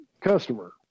customer